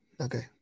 Okay